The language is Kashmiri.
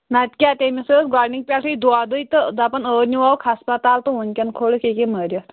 نَتہٕ کیٛاہ تٔمۍسٕے اوس گۄڈنِکۍ پٮ۪ٹھٕے دودُے تہٕ دَپان عٲدۍ نِیٛوٗکھ ہَسپَتال تہٕ وُنکٮ۪ن کھورُکھ یہِ کے مٔرِتھ